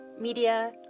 media